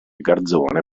garzone